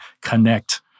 connect